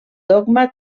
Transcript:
dogma